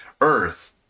Earth